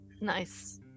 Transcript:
nice